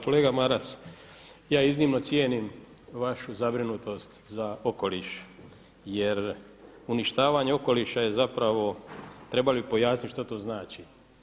Kolega Maras, ja iznimno cijenim vašu zabrinutost za okoliš jer uništavanje okoliša je zapravo, treba li pojasniti što to znači?